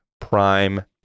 prime